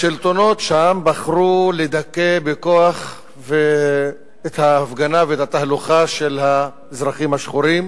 השלטונות שם בחרו לדכא בכוח את ההפגנה ואת התהלוכה של האזרחים השחורים,